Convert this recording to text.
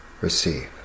Receive